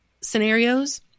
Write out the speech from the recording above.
scenarios